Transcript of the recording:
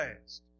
last